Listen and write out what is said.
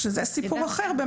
זה סיפור אחר.